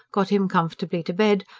got him comfortably to bed,